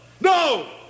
No